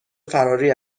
فراری